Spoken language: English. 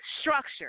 Structure